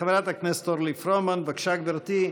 חברת הכנסת אורלי פרומן, בבקשה, גברתי.